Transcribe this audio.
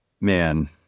man